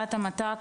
בידיעת המת"ק,